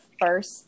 first